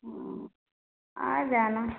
हाँ आ जाना